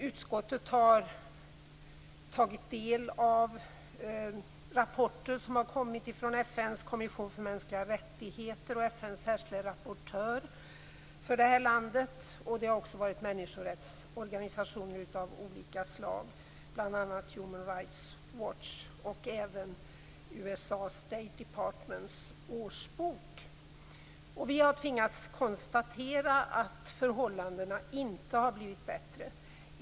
Utskottet har tagit del av rapporter som har kommit från FN:s kommission för mänskliga rättigheter och från FN:s särskilda rapportör för detta land. Det har också varit människorättsorganisationer av olika slag, bl.a. Human Rights Watch och även årsboken från USA:s Statedepartment. Vi har tvingats konstatera att förhållandena inte har blivit bättre.